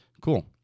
cool